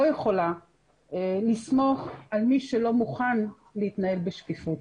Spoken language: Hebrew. יכולה לסמוך על מי שלא מוכן להתנהל בשקיפות.